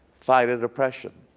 fight at oppression.